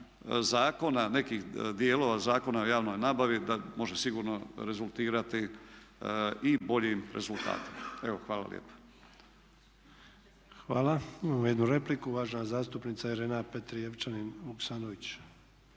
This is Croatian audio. zakona, nekih dijelova Zakona o javnoj nabavi da može sigurno rezultirati i boljim rezultatima. Evo hvala lijepa. **Sanader, Ante (HDZ)** Hvala. Imamo jednu repliku, uvažena zastupnica Irena Petrijevčanin Vuksanović.